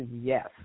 Yes